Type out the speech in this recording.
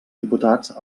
diputats